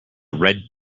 red